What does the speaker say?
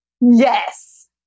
Yes